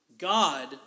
God